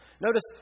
Notice